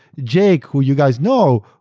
jake, who you guys know,